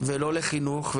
ולא לחינוך,